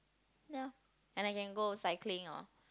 ya and I can go cycling or